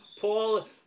Paul